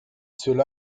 cela